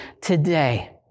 today